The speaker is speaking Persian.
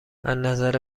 ازنظر